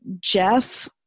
Jeff